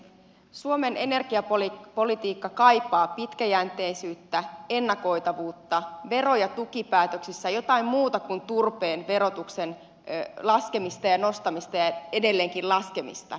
suomen energiapolitiikka kaipaa pitkäjänteisyyttä ennakoitavuutta vero ja tukipäätöksissä jotain muuta kuin turpeen verotuksen laskemista ja nostamista ja edelleenkin laskemista